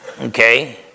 okay